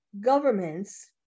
governments